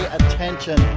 attention